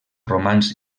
romans